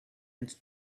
and